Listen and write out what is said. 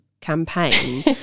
campaign